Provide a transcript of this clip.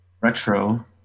retro